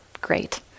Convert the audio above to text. Great